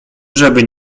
żeby